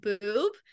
boob